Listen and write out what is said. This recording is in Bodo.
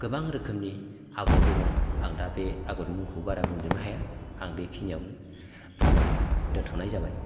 गोबां रोखोमनि आगर दङ आं दा बे आगरनि मुंखौ बारा बुंजोबनो हाया आं बेखिनिआवनो बुंनानै दोनथ'नाय जाबाय